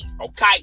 okay